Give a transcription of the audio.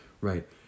right